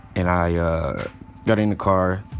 and i got in the car,